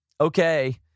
okay